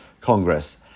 Congress